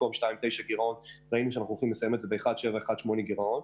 במקום 2.9% גירעון 1.8% גירעון,